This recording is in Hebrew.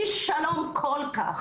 איש שלום כל כך.